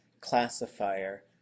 classifier